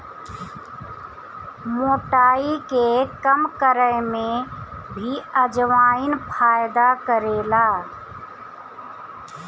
मोटाई के कम करे में भी अजवाईन फायदा करेला